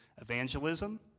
evangelism